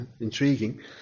intriguing